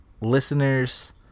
listeners